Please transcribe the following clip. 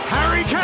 Harry